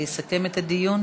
יסכם את הדיון